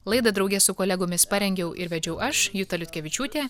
laidą drauge su kolegomis parengiau ir vedžiau aš juta liutkevičiūtė